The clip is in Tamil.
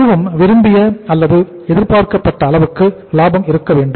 அதுவும் விரும்பிய அல்லது எதிர்பார்க்கப்பட்ட அளவுக்கு லாபம் இருக்க வேண்டும்